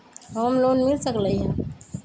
Home loan मिल सकलइ ह?